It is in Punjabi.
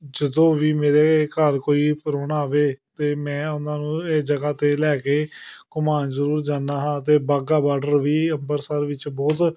ਜਦੋਂ ਵੀ ਮੇਰੇ ਘਰ ਕੋਈ ਪ੍ਰਾਹੁਣਾ ਆਵੇ ਤਾਂ ਮੈਂ ਉਹਨਾਂ ਨੂੰ ਇਸ ਜਗ੍ਹਾ 'ਤੇ ਲੈ ਕੇ ਘੁਮਾਉਣ ਜ਼ਰੂਰ ਜਾਂਦਾ ਹਾਂ ਅਤੇ ਵਾਹਗਾ ਬਾਡਰ ਵੀ ਅੰਮ੍ਰਿਤਸਰ ਵਿੱਚ ਬਹੁਤ